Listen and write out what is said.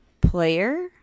player